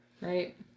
Right